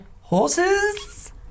Horses